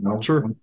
Sure